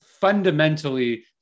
fundamentally